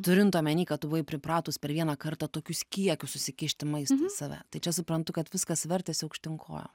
turint omeny kad tu buvai pripratus per vieną kartą tokius kiekius susikišti maisto į save tai čia suprantu kad viskas vertėsi aukštyn kojom